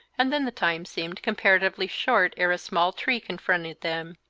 and then the time seemed comparatively short ere a small tree confronted them,